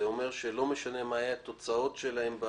זה אומר שלא משנה מה יהיו התוצאות שלהם.